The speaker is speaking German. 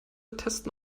testen